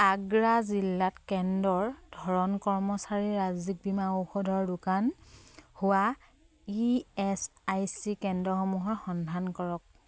আগ্ৰা জিলাত কেন্দ্ৰৰ ধৰণ কৰ্মচাৰীৰ ৰাজ্যিক বীমা ঔষধৰ দোকান হোৱা ই এচ আই চি কেন্দ্ৰসমূহৰ সন্ধান কৰক